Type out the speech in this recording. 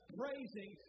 praising